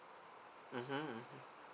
mmhmm mmhmm